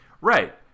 Right